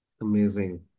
Amazing